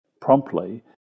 promptly